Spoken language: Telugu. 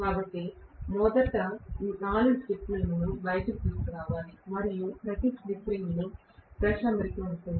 కాబట్టి నేను మొదట 4 స్లిప్ రింగులను బయటకు తీసుకురావాలి మరియు ప్రతి స్లిప్ రింగ్లో బ్రష్ అమరిక ఉంటుంది